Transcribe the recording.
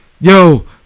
Yo